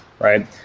right